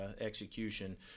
execution